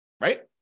Right